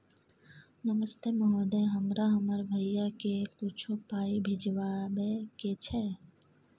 नमस्ते महोदय, हमरा हमर भैया के कुछो पाई भिजवावे के छै?